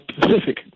Pacific